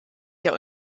der